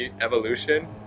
evolution